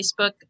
Facebook